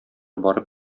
барып